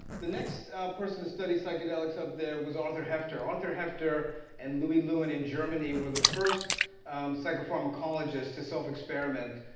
the next person to study psychedelics up there was arthur heffter. arthur heffter and louis lewin in germany were the first psychopharmacologists to self-experiment,